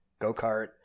go-kart